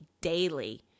daily